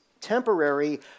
temporary